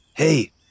Hey